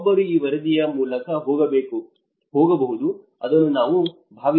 ಒಬ್ಬರು ಈ ವರದಿಯ ಮೂಲಕ ಹೋಗಬಹುದು ಎಂದು ನಾನು ಭಾವಿಸುತ್ತೇನೆ